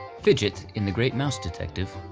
fidget in the great mouse detective,